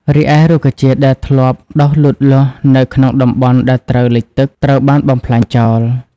រីឯរុក្ខជាតិដែលធ្លាប់ដុះលូតលាស់នៅក្នុងតំបន់ដែលត្រូវលិចទឹក ត្រូវបានបំផ្លាញចោល។